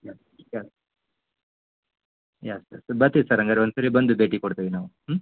ಬರ್ತಿವಿ ಸರ್ ಹಂಗಾರೆ ಒಂದು ಸರಿ ಬಂದು ಭೇಟಿ ಕೊಡ್ತೇವೆ ನಾವು ಹ್ಞೂ